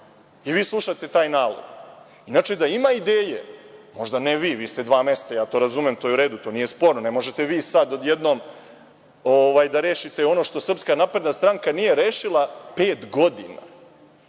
i vi slušate taj nalog. Inače, da ima ideje, možda ne vi, vi ste dva meseca, to razumem, to je u redu, to nije sporno, ne možete vi sada odjednom da rešite ono što SNS nije rešila pet godina.